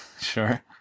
Sure